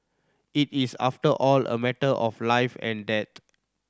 it is after all a matter of life and death